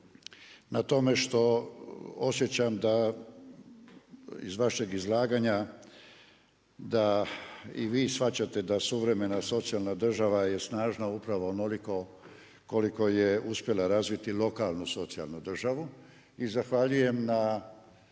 na tome što osjećam da iz vašeg izlaganja da i vi shvaćate da suvremena i socijalna država je snažna upravo onoliko koliko je uspjela razviti lokalnu socijalnu državu, i zahvaljujem na,